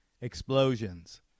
explosions